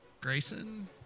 Grayson